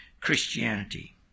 Christianity